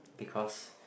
because